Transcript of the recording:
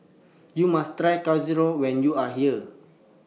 YOU must Try Chorizo when YOU Are here